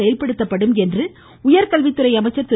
செயல்படுத்தப்படும் என்று உயர்கல்வித்துறை அமைச்சர் திரு